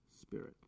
Spirit